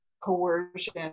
coercion